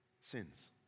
sins